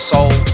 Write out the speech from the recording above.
Soul